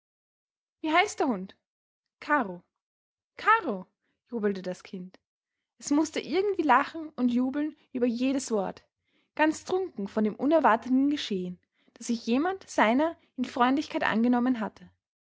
wie heißt der hund karo karo jubelte das kind es mußte irgendwie lachen und jubeln über jedes wort ganz trunken von dem unerwarteten geschehen daß sich jemand seiner in freundlichkeit angenommen hatte